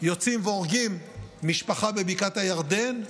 יוצאים והורגים משפחה בבקעת הירדן,